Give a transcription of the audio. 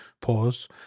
Pause